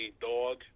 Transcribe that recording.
dog